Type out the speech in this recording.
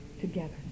together